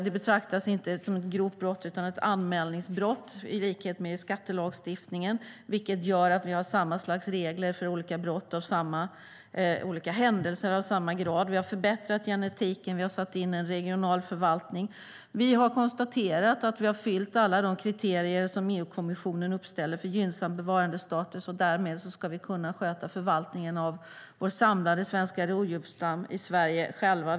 Det betraktas inte som ett grovt brott utan som ett anmälningsbrott i likhet med skattelagstiftningen, vilket gör att vi har samma slags regler för händelser av samma grad. Vi har förbättrat genetiken. Vi har satt in en regional förvaltning. Vi har konstaterat att vi har uppfyllt alla de kriterier som EU-kommissionen uppställer för gynnsam bevarandestatus, och därmed ska vi kunna sköta förvaltningen av vår samlade svenska rovdjursstam i Sverige själva.